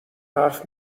حرف